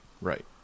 right